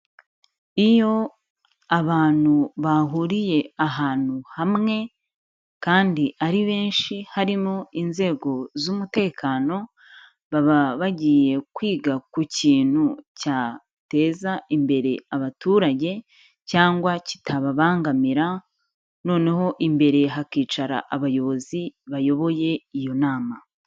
Iyo abantu bahuriye ahantu hamwe, kandi ari benshi, harimo inzego z'umutekano, baba bagiye kwiga ku kintu cyateza imbere abaturage, cyangwa kitababangamira, noneho imbere hakicara abayobozi, bayoboye iyo nama.